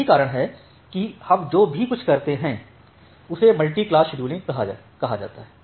यही कारण है कि हम जो कुछ भी करते हैं उसे मल्टी क्लास शेड्यूलिंग कहा जाता है